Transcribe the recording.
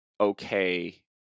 okay